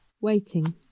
Waiting